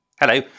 hello